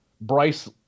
bryce